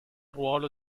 ruolo